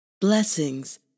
Blessings